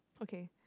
okay